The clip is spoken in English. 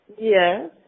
Yes